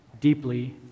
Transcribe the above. deeply